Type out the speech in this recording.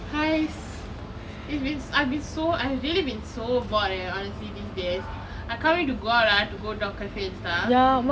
!hais! it's been I've been so I've really been so bored leh honestly these days I can't wait to go out lah to go dog cafe and stuff